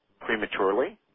prematurely